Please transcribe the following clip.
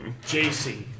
JC